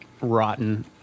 rotten